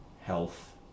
health